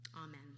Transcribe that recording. Amen